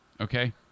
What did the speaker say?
Okay